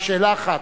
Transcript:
רק שאלה אחת.